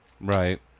Right